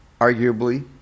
arguably